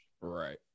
right